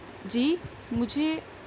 جی مجھے